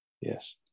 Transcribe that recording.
Yes